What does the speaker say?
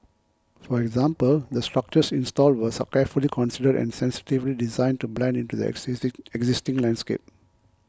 for example the structures installed were carefully considered and sensitively designed to blend into the exist existing landscape